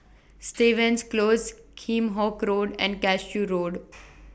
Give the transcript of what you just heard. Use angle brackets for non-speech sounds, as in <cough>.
Stevens Close Kheam Hock Road and Cashew Road <noise>